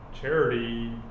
charity